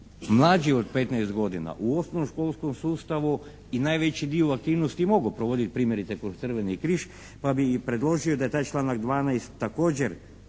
mlađi od 15 godina u osnovnoškolskom sustavu i najveći dio aktivnosti mogu provoditi primjerice kroz "Crveni križ" pa bi i predložio da taj članak 12. također